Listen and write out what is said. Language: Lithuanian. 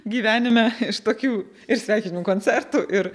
gyvenime iš tokių ir sveikinimų koncertų ir